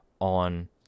on